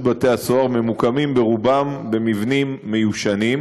בתי-הסוהר ממוקמים ברובם במבנים מיושנים,